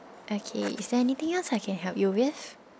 okay is there anything else I can help you with